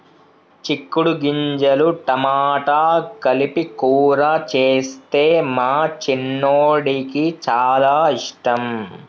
చిక్కుడు గింజలు టమాటా కలిపి కూర చేస్తే మా చిన్నోడికి చాల ఇష్టం